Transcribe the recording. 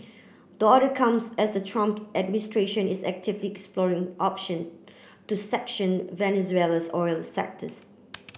the order comes as the Trump administration is actively exploring option to sanction Venezuela's oil sectors